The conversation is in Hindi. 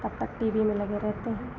तब तक टी वी में लगे रहते हैं